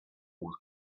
wars